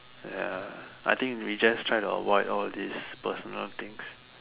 ya I think we just try to avoid all these personal things